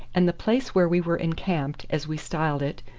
and the place where we were encamped, as we styled it,